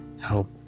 help